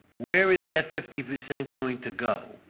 where is that fifty percent going to go.